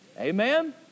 Amen